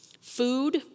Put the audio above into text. food